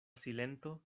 silento